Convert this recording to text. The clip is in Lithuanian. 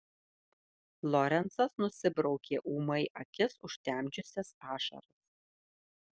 lorencas nusibraukė ūmai akis užtemdžiusias ašaras